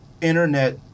internet